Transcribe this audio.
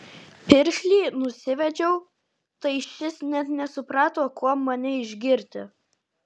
piršlį nusivedžiau tai šis net nesuprato kuom mane išgirti